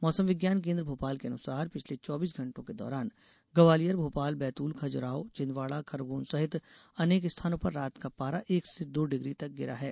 मौसम विज्ञान केन्द्र भोपाल के अनुसार पिछले चौबीस घंटों के दौरान ग्वालियर भोपाल बैतूल खजुराहो छिंदवाडा खरगोन सहित अनेक स्थानों पर रात का पारा एक से दो डिग्री तक गिरा है